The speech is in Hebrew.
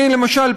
למשל,